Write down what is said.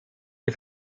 die